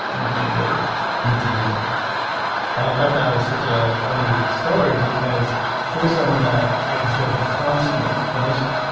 i'm not going to really need to use it. and i thought that was such a funny story because here's someone that i i consider the consummate clinician,